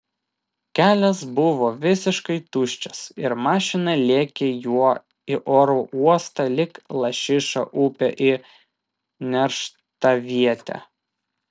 kelias buvo visiškai tuščias ir mašina lėkė juo į oro uostą lyg lašiša upe į nerštavietę